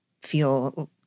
feel